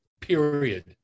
period